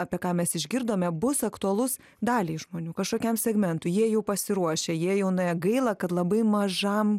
apie ką mes išgirdome bus aktualus daliai žmonių kažkokiam segmentui jie jau pasiruošę jie jau nuėję gaila kad labai mažam